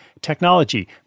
technology